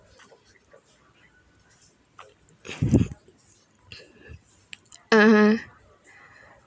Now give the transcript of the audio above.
(uh huh)